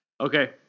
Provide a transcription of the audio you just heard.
okay